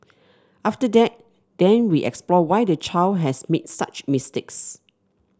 after that then we explore why the child has made such mistakes